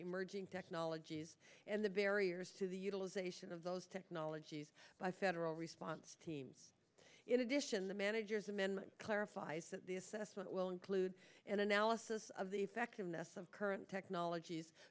emerging technologies and the barriers to the utilization of those technologies by federal response teams in addition the manager's amendment clarifies that the assessment will include an analysis of the effectiveness of current technologies